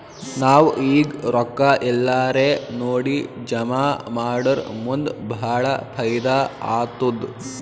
ನಾವ್ ಈಗ್ ರೊಕ್ಕಾ ಎಲ್ಲಾರೇ ನೋಡಿ ಜಮಾ ಮಾಡುರ್ ಮುಂದ್ ಭಾಳ ಫೈದಾ ಆತ್ತುದ್